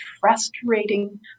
frustrating